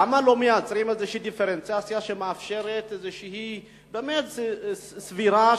למה לא מייצרים איזושהי דיפרנציאציה שהיא באמת סבירה,